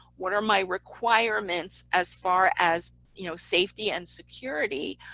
what are my requirements as far as you know safety and security.